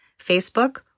Facebook